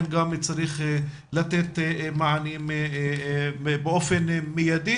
צריך לתת מענה באופן מידי